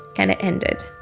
and it ended.